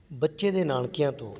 ਬੱਚੇ ਦੇ ਨਾਨਕਿਆਂ ਤੋਂ